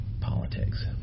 politics